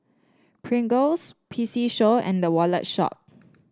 Pringles P C Show and The Wallet Shop